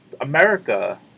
America